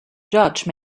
judge